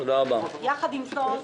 יחד עם זאת,